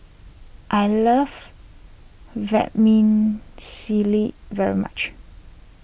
I love Vermicelli very much